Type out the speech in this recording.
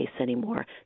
anymore